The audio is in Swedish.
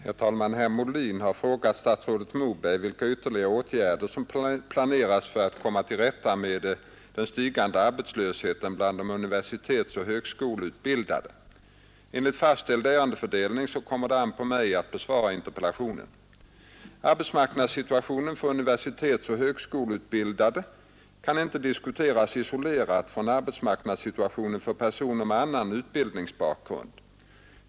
Herr talman! Herr Molin har frågat statsrådet Moberg vilka ytterligare åtgärder som planeras för att komma till rätta med den stigande arbetslösheten bland de universitetsoch högskoleutbildade. Enligt fastställd ärendefördelning kommer det an på mig att besvara interpellationen. Arbetsmarknadssituationen för de universitetsoch högskoleutbildade kan inte diskuteras isolerad från arbetsmarknadssituationen för personer med annan utbildningsbakgrund.